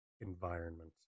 environment